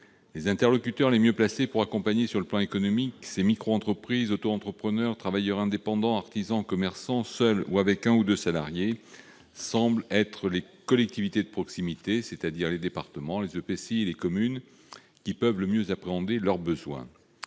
Les interlocuteurs les mieux placés pour accompagner sur le plan économique ces microentreprises, autoentrepreneurs, travailleurs indépendants, artisans ou commerçants, seuls ou avec un ou deux salariés, semblent être les collectivités de proximité, c'est-à-dire les départements, les EPCI et les communes, qui peuvent le mieux appréhender leurs besoins.